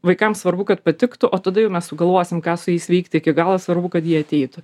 vaikams svarbu kad patiktų o tada jau mes sugalvosim ką su jais veikt iki galo svarbu kad jie ateitų